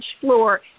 floor